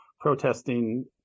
protesting